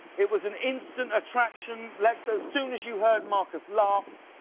it was an instant attraction. lexa as soon as you heard marcus laugh.